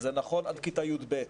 וזה נכון עד כיתה י"ב.